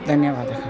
धन्यवादः